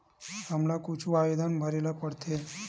हमला कुछु आवेदन भरेला पढ़थे?